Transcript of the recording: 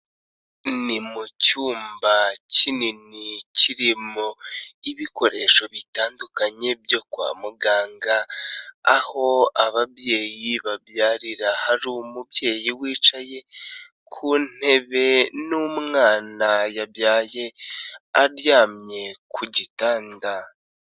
Ni mu cyumba kinini kiririmo ibikoresho bitandukanye byo kwa muganga, aho ababyeyi babyarira, hari umubyeyi wicaye ku ntebe n'umwana yabyaye aryamye ku gitanda.